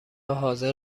حاضر